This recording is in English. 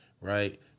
right